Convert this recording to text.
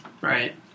right